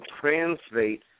translate